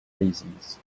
reasons